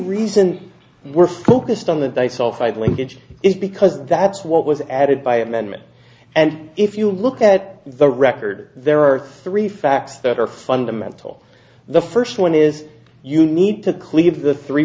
reason we're focused on the dice all five linkage is because that's what was added by amendment and if you look at the record there are three facts that are fundamental the first one is you need to cleave the three